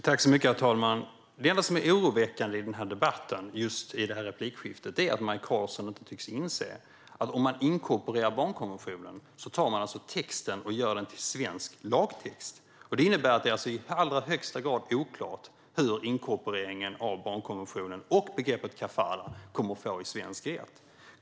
Herr talman! Det enda som är oroväckande i debatten i just det här replikskiftet är att Maj Karlsson inte tycks inse att om man inkorporerar barnkonventionen tar man texten och gör den till svensk lagtext. Det är i allra högsta grad oklart hur inkorporeringen av barnkonventionen och begreppet kafalah kommer att påverka svensk rätt.